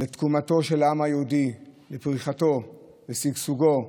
לתקומתו של העם היהודי, לפריחתו, לשגשוגו.